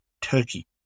Turkey